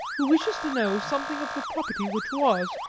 who wishes to know something of the property which was,